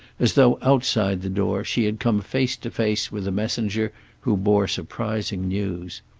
as though, outside the door, she had come face to face with a messenger who bore surprising news.